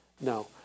no